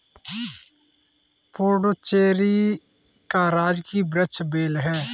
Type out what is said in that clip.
पुडुचेरी का राजकीय वृक्ष बेल है